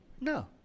No